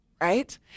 right